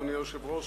אדוני היושב-ראש,